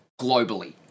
globally